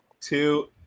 two